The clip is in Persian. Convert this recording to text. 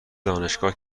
دانشگاه